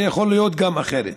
זה יכול להיות גם אחרת.